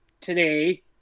today